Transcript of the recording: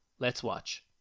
let's watch.